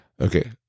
Okay